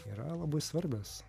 yra labai svarbios